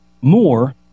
more